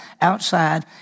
outside